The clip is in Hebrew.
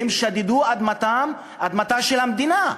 והם שדדו את אדמתה של המדינה.